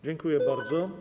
Dziękuję bardzo.